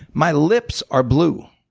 my lips are blue.